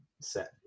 set